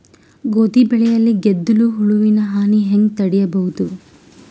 ಗೋಧಿ ಬೆಳೆಯಲ್ಲಿ ಗೆದ್ದಲು ಹುಳುವಿನ ಹಾನಿ ಹೆಂಗ ತಡೆಬಹುದು?